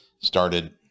started